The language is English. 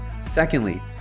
Secondly